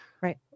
Right